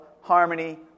Harmony